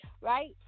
right